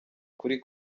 kuri